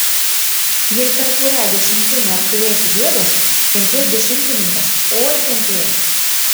jei per kurią dešimtinę apturėsiu gėdos kentės dešimtininkas oi kentės